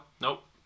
nope